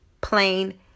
plain